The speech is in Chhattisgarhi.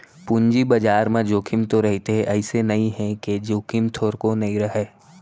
पूंजी बजार म जोखिम तो रहिथे अइसे नइ हे के जोखिम थोरको नइ रहय